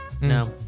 No